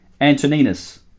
Antoninus